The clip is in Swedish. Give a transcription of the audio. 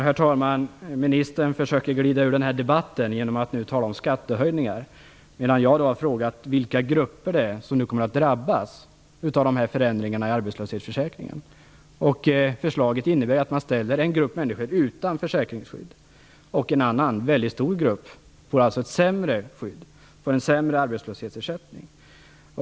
Herr talman! Ministern försöker att glida ur den här debatten genom att nu tala om skattehöjningar. Jag har frågat vilka grupper det är som nu kommer att drabbas av förändringarna i arbetslöshetsförsäkringen. Förslaget innebär ju att man ställer en grupp människor utanför försäkringsskydd. En annan väldigt stor grupp får alltså ett sämre skydd och en sämre arbetslöshetsersättning.